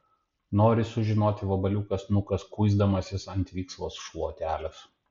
nori sužinoti vabaliukas nukas kuisdamasis ant viksvos šluotelės